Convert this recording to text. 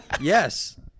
Yes